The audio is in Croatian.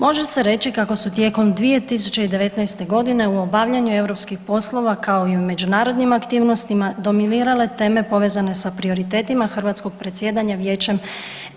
Može se reći kako su tijekom 2019. g. u obavljanju europskih poslova kao i u međunarodnim aktivnostima, dominirale teme povezane sa prioritetima hrvatskog predsjedanja Vijećem